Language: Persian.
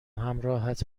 همراهت